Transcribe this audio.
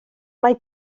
mae